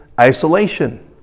isolation